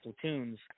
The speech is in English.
platoons